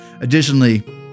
Additionally